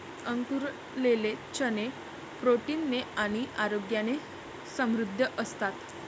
अंकुरलेले चणे प्रोटीन ने आणि आरोग्याने समृद्ध असतात